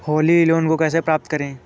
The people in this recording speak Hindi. होली लोन को कैसे प्राप्त करें?